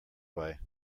way